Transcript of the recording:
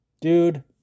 dude